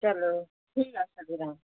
चलो ठीक ऐ अच्छा फ्ही तां